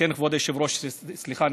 לכן, כבוד היושב-ראש, סליחה,